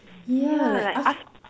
yeah like af~